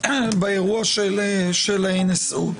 של ה-NSO.